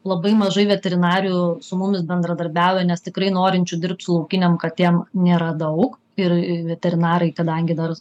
labai mažai veterinarijų su mumis bendradarbiauja nes tikrai norinčių dirbt su laukinėm katėm nėra daug ir veterinarai kadangi dar